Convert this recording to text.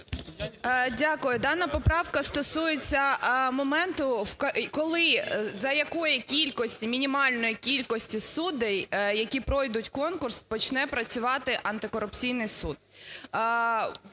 Дякую. Дана поправка стосується моменту, коли, за якої кількості, мінімальної кількості суддей, які пройдуть конкурс, почне працювати антикорупційний суд.